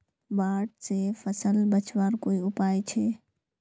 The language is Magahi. बाढ़ से फसल बचवार कोई उपाय छे?